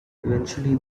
eventually